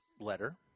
letter